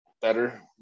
better